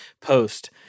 post